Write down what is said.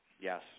Yes